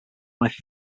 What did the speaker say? life